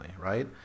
right